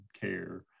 care